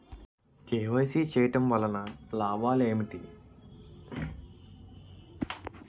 KYC చేయటం వలన లాభాలు ఏమిటి?